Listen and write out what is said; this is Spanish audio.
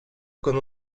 con